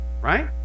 right